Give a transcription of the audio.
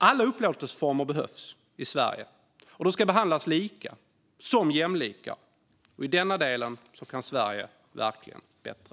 Alla upplåtelseformer behövs i Sverige och ska behandlas lika, som jämlikar. I denna del kan Sverige verkligen bättre.